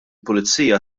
pulizija